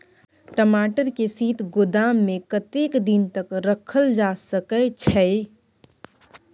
टमाटर के शीत गोदाम में कतेक दिन तक रखल जा सकय छैय?